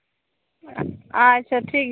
ᱟᱪᱪᱷᱟ ᱴᱷᱤᱠ ᱜᱮᱭᱟ